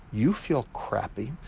you feel crappy,